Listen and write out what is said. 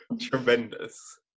Tremendous